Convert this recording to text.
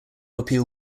appeal